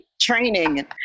training